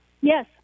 Yes